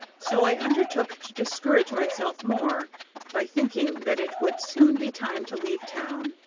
so i undertook to discourage myself more by thinking that it would soon be time to leave town,